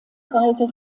reise